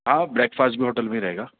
ہاں breakfast بھی hotel میں ہی رہے گا